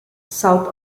south